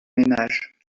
ménages